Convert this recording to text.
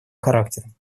характером